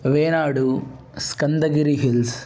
Venad Skandagiri hills